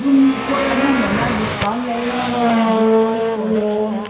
ꯑꯗꯨꯝ ꯄꯣꯠ ꯑꯅꯝꯕꯅ ꯗꯤꯁꯀꯥꯎꯟ ꯂꯩ ꯕꯣꯏ ꯀꯣꯂꯣꯝ